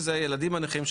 שזה ילדים נכים,